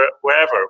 wherever